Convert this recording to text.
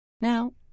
Now